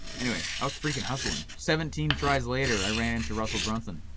any way, i was freaking hustling. seventeen tries later i ran into russell brunson.